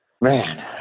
Man